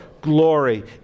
glory